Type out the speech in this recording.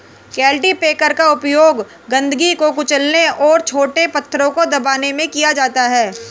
cultipacker का उपयोग गंदगी को कुचलने और छोटे पत्थरों को दबाने में किया जाता है